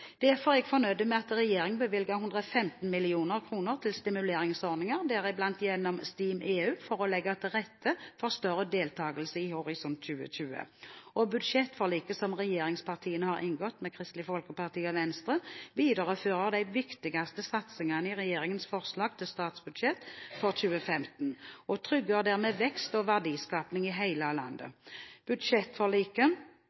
Derfor er jeg fornøyd med at regjeringen bevilger 115 mill. kr til stimuleringsordninger, deriblant gjennom STIM-EU, for å legge til rette for større deltagelse i Horisont 2020. Budsjettforliket, som regjeringspartiene har inngått med Kristelig Folkeparti og Venstre, viderefører de viktigste satsingene i regjeringens forslag til statsbudsjett for 2015, og trygger dermed vekst og verdiskaping i